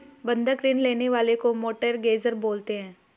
बंधक ऋण लेने वाले को मोर्टगेजेर बोलते हैं